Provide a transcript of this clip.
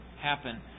happen